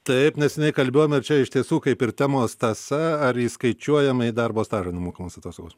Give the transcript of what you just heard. taip neseniai kalbėjom ir čia iš tiesų kaip ir temos tąsa ar įskaičiuojama į darbo stažą nemokamos atostogos